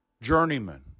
Journeyman